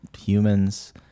humans